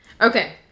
Okay